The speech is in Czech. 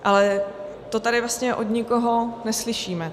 Ale to tady vlastně od nikoho neslyšíme.